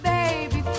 Baby